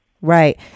Right